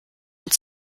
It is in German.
und